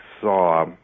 saw